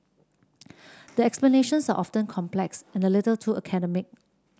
the explanations are often complex and a little too academic